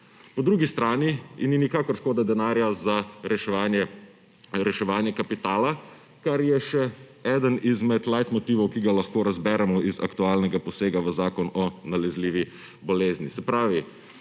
Po drugi strani ji ni nikakor škoda denarja za reševanje kapitala, kar je še eden izmed leitmotivov, ki ga lahko razberemo iz aktualnega posega v Zakon o nalezljivih bolezni.